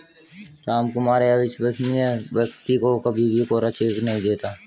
रामकुमार अविश्वसनीय व्यक्ति को कभी भी कोरा चेक नहीं देता